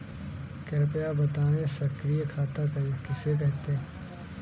कृपया बताएँ सक्रिय खाता किसे कहते हैं?